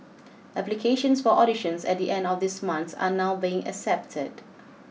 applications for auditions at the end of this month are now being accepted